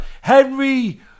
Henry